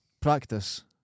practice